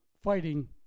fighting